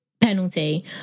penalty